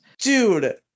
Dude